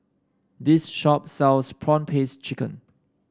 this shop sells prawn paste chicken